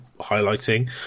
highlighting